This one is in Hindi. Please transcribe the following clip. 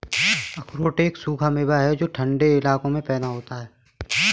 अखरोट एक सूखा मेवा है जो ठन्डे इलाकों में पैदा होता है